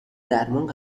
درمان